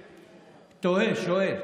שואל,